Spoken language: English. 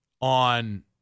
on